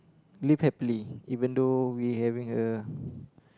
live happily even though we having a